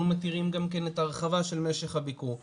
אנחנו מתירים גם את ההרחבה של משך הביקור,